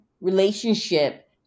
relationship